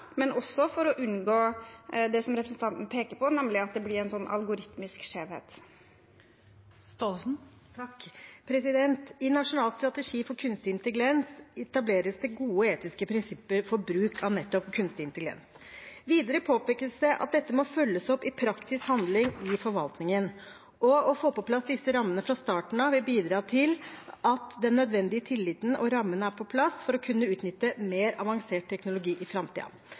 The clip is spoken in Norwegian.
men også for å unngå det som representanten pekte på, nemlig at det blir en algoritmisk skjevhet. I Nasjonal strategi for kunstig intelligens etableres det gode etiske prinsipper for bruk av nettopp kunstig intelligens. Videre påpekes det at dette må følges opp i praktisk handling i forvaltningen, og å få på plass disse rammene fra starten av vil bidra til at den nødvendige tilliten og rammene er på plass for å kunne utnytte mer avansert teknologi i